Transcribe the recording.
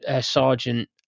sergeant